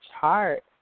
chart